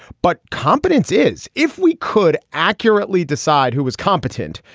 but competence is if we could accurately decide who was competent.